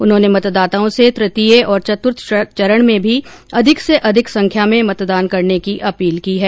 उन्होंने मतदाताओं से तृतीय और चतुर्थ चरण में भी अधिक से अधिक संख्या में मतदान करने की अपील की है